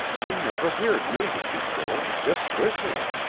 i never heerd music before, jest whistlin'.